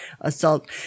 assault